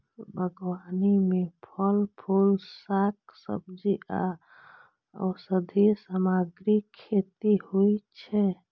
बागबानी मे फल, फूल, शाक, सब्जी आ औषधीय सामग्रीक खेती होइ छै